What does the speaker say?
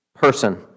Person